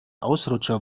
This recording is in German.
ausrutscher